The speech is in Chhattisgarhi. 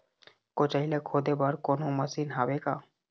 कोचई ला खोदे बर कोन्हो मशीन हावे का?